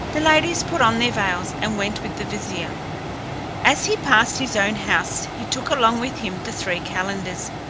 the ladies put on their veils, and went with the vizier as he passed his own house, he took along with him the three calenders,